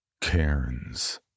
Cairns